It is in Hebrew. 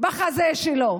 בחזה שלו.